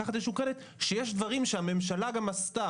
לקחת איזה שהוא קרדיט שיש דברים שהממשלה גם עשתה